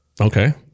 Okay